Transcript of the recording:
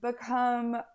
become